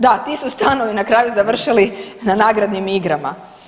Da ti su stanovi na kraju završili na nagradnim igrama.